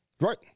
Right